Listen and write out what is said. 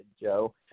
Joe